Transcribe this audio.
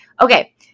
Okay